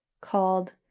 called